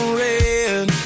red